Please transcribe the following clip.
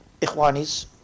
Ikhwanis